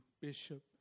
Bishop